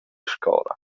scola